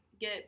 get